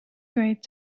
rates